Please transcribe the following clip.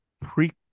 pre